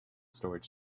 storage